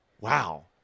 wow